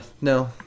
no